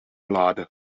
lade